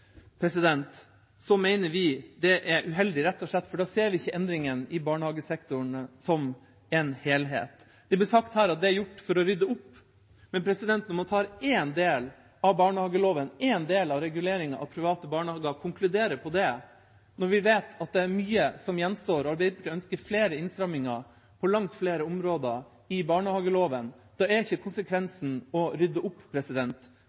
mener vi rett og slett det er uheldig, for da ser vi ikke endringene i barnehagesektoren som en helhet. Det ble sagt her at det er gjort for å rydde opp, men når man tar én del av barnehageloven, én del av reguleringen av private barnehager og konkluderer på det når vi vet at det er mye som gjenstår – Arbeiderpartiet ønsker flere innstramminger på langt flere områder i barnehageloven – er ikke konsekvensen å rydde opp,